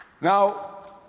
Now